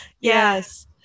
Yes